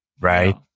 right